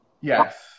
Yes